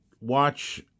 watch